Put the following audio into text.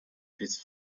his